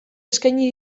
eskaini